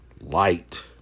light